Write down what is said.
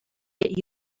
get